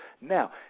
Now